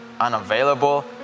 unavailable